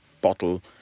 bottle